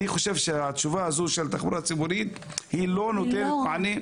אני חושב שהתשובה של תחבורה ציבורית לא נותנת מענה.